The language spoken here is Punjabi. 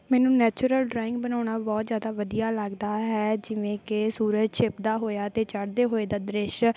ਮੈਨੂੰ ਨੈਚੁਰਲ ਡਰਾਇੰਗ ਬਣਾਉਂਣਾ ਬਹੁਤ ਜ਼ਿਆਦਾ ਵਧੀਆ ਲੱਗਦਾ ਹੈ ਜਿਵੇਂ ਕਿ ਸੂਰਜ ਛਿਪਦਾ ਹੋਇਆ ਅਤੇ ਚੜਦੇ ਹੋਏ ਦਾ ਦ੍ਰਿਸ਼